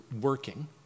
working